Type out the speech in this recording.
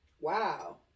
wow